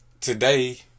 today